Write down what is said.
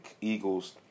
Eagles